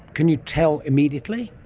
can you tell immediately?